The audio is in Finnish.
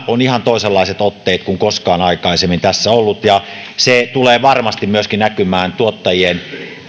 on ihan toisenlaiset otteet kuin koskaan aikaisemmin ollut ja se tulee varmasti myöskin näkymään tuottajien